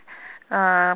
uh